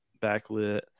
backlit